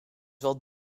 wel